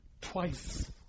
twice